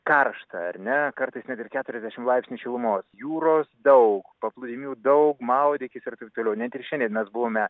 karšta ar ne kartais net ir keturiasdešim laipsnių šilumos jūros daug paplūdimių daug maudykis ir taip toliau net ir šiandien mes buvome